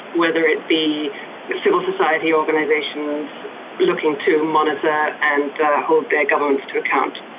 whether it be civil society organisations looking to monitor and hold their governments to account.